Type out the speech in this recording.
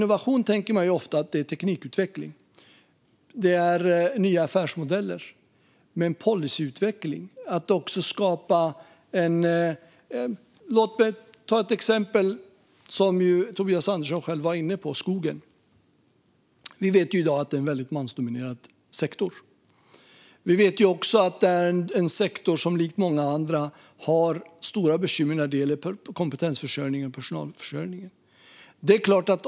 Man tänker ofta att innovation är teknikutveckling och nya affärsmodeller. Men det handlar också om policyutveckling. Låt mig ta ett exempel som Tobias Andersson själv var inne på: skogen. Vi vet i dag att det är en väldigt mansdominerad sektor. Vi vet också att det är en sektor som likt många andra har stora bekymmer när det gäller kompetensförsörjningen och personalförsörjningen.